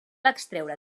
extreure